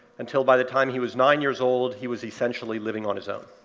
until, by the time he was nine years old, he was essentially living on his own.